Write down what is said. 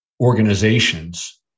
organizations